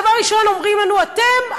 דבר ראשון אומרים לנו: אתם,